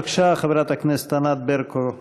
בבקשה, חברת הכנסת ענת ברקו.